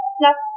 plus